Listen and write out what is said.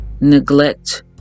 neglect